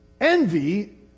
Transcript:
Envy